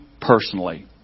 personally